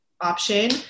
option